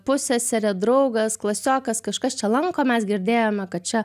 pusseserė draugas klasiokas kažkas čia lanko mes girdėjome kad čia